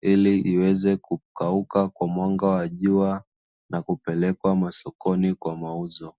ili iweze kukauka kwa mwanga wa jua, na kupelekwa masokoni kwa mauzo.